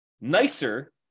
nicer